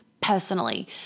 personally